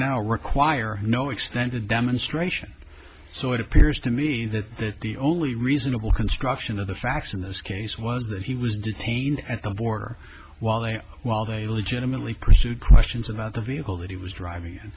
now require no extended demonstration so it appears to me that the only reasonable construction of the facts in this case was that he was detained at the border while they while they legitimately pursued questions about the vehicle that he was driving